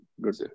Good